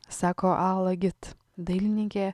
sako ala git dailininkė